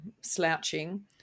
slouching